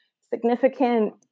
significant